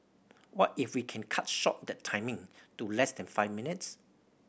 what if we can cut short that timing to less than five minutes